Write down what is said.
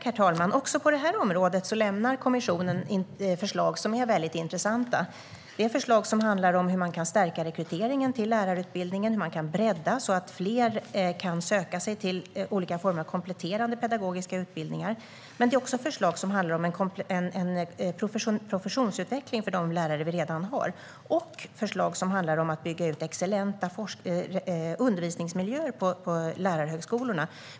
Herr talman! Också på det här området lägger kommissionen fram förslag som är väldigt intressanta. Det är förslag som handlar om hur man kan stärka rekryteringen till lärarutbildningen och hur man kan bredda så att fler kan söka sig till olika former av kompletterande pedagogiska utbildningar. Men det är också förslag som handlar om en professionsutveckling för de lärare vi redan har, liksom förslag om att bygga ut excellenta undervisningsmiljöer på lärarhögskolorna.